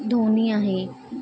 नी आहे